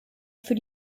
für